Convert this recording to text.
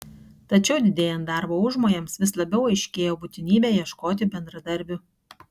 tačiau didėjant darbo užmojams vis labiau aiškėjo būtinybė ieškoti bendradarbių